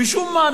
משום מה,